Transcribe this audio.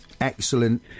excellent